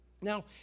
Now